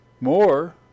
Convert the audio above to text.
More